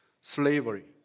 slavery